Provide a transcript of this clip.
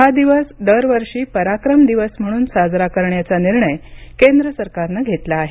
हा दिवस दरवर्षी पराक्रम दिवस म्हणून साजरा करण्याचा निर्णय केंद्र सरकारनं घेतला आहे